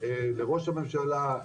לראש הממשלה,